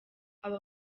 aba